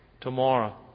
tomorrow